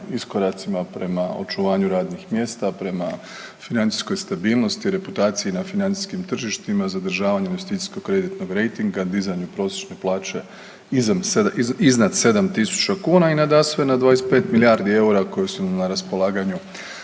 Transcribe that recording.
iskoracima prema očuvanju radnih mjesta, prema financijskoj stabilnosti, reputaciji na financijskim tržištima, zadržavanju investicijskog kreditnog rejtinga, dizanju prosječne plaće iznad 7.000 kuna i nadasve na 25 milijardi EUR-a koje su na raspolaganju